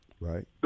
Right